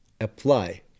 apply